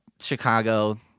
Chicago